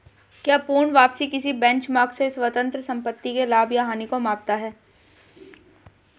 क्या पूर्ण वापसी किसी बेंचमार्क से स्वतंत्र संपत्ति के लाभ या हानि को मापता है?